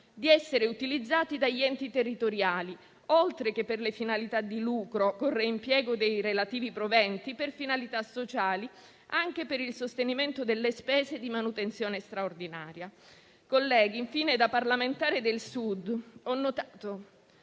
di essere utilizzati dagli enti territoriali, oltre che per le finalità di lucro con reimpiego dei relativi proventi, per finalità sociali, anche per il sostenimento delle spese di manutenzione straordinaria. Colleghi, da parlamentare del Sud ho notato